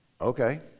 okay